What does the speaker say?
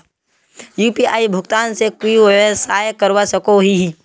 UPI भुगतान से कोई व्यवसाय करवा सकोहो ही?